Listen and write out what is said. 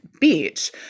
beach